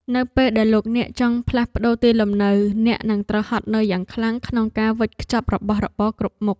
នៅពេលដែលលោកអ្នកចង់ផ្លាស់ប្ដូរទីលំនៅអ្នកនឹងត្រូវហត់នឿយយ៉ាងខ្លាំងក្នុងការវេចខ្ចប់របស់របរគ្រប់មុខ។